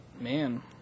man